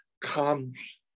comes